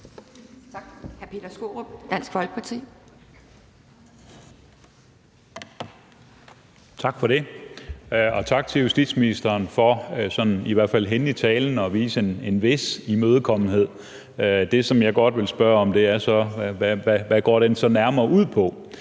Tak for det, og tak til justitsministeren for i hvert fald henne i talen at vise en vis imødekommenhed. Det, som jeg godt vil spørge om, er så, hvad den så nærmere går